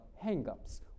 hang-ups